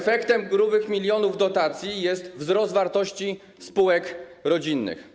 Efektem grubych milionów dotacji jest wzrost wartości spółek rodzinnych.